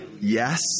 yes